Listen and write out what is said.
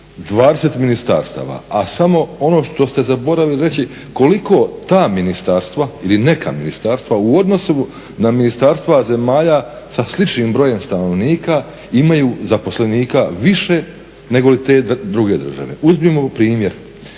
ministarstava a samo ono što ste zaboravili reći koliko ta ministarstva ili neka ministarstva u odnosu na ministarstva zemalja sa sličnim brojem stanovnika imaju zaposlenika više nego li te druge države. Uzmimo primjer,